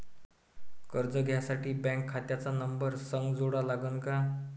कर्ज घ्यासाठी बँक खात्याचा नंबर संग जोडा लागन का?